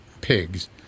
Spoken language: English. pigs